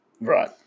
Right